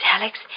Alex